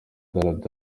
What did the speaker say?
maze